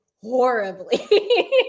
horribly